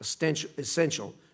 essential